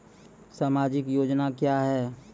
समाजिक योजना क्या हैं?